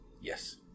Yes